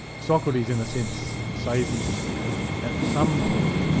socrates in a sense, saved me from that, because at some point,